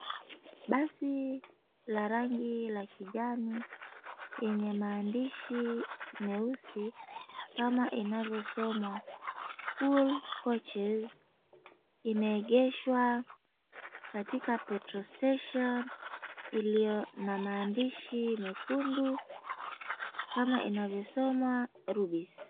Basi la rangi ya kijani lenye maandishi meusi kama inavyosomwa, Cool Coaches, limeegeshwa katika petrol station iliyo na maandishi mekundu kama inavyosomwa, Rubis.